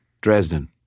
Dresden